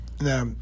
Now